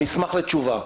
אשמח לתשובה.